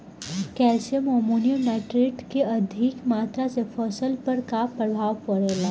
Calcium ammonium nitrate के अधिक मात्रा से फसल पर का प्रभाव परेला?